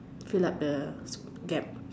fill up the gap